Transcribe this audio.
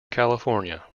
california